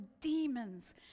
demons